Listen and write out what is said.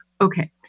Okay